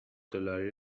دلاری